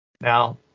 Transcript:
Now